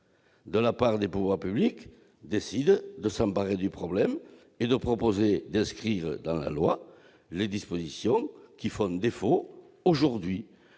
et donc efficaces, décident de s'emparer du problème et de proposer d'inscrire dans la loi les dispositions qui font défaut aujourd'hui.